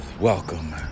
welcome